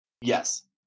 Yes